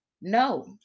no